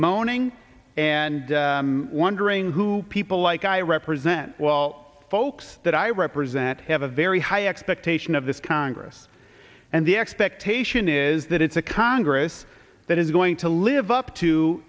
moaning and wondering who people like i represent well folks that i represent have a very high expectation of this congress and the expectation is that it's a congress that is going to live up to